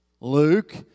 Luke